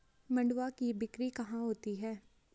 मंडुआ की बिक्री कहाँ होती है?